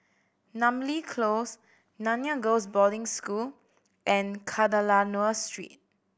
Namly Close Nanyang Girls' Boarding School and Kadayanallur Street